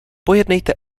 pojednejte